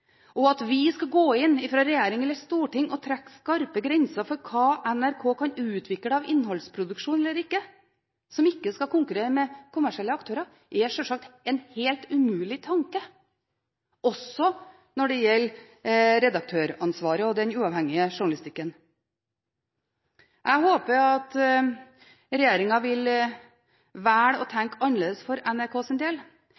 og at man fra regjering eller storting skal gå inn og trekke skarpe grenser for hva NRK kan utvikle av innholdsproduksjon eller ikke – som ikke skal konkurrere med kommersielle aktører – er sjølsagt en helt umulig tanke også når det gjelder redaktøransvaret og den uavhengige journalistikken. Jeg håper at regjeringen vil velge å